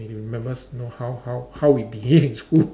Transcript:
and they remembers know how how how we behave in school